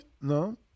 no